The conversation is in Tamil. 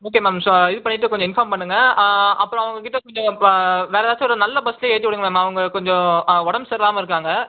ஓகே மேம் ஸோ இது பண்ணிட்டு கொஞ்சம் இன்ஃபார்ம் பண்ணுங்கள் அப்புறம் அவங்ககிட்ட கொஞ்சம் இப்போ வேற ஏதாச்சும் ஒரு நல்ல பஸ்ல ஏற்றி விடுங்கள் மேம் அவங்க கொஞ்சம் உடம்பு சரியில்லாமல் இருக்காங்கள்